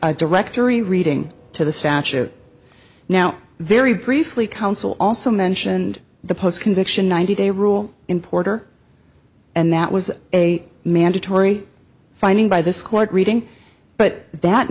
mic directory reading to the statute now very briefly counsel also mentioned the post conviction ninety day rule in porter and that was a mandatory finding by this court reading but that